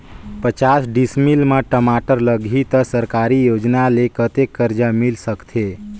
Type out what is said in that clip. पचास डिसमिल मा टमाटर लगही त सरकारी योजना ले कतेक कर्जा मिल सकथे?